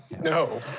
No